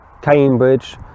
Cambridge